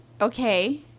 Okay